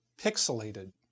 pixelated